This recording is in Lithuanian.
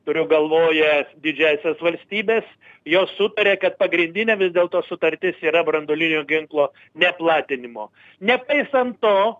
turiu galvoje didžiąsias valstybes jos sutaria kad pagrindinė vis dėlto sutartis yra branduolinio ginklo neplatinimo nepaisant to